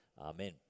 Amen